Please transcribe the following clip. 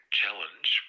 challenge